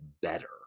better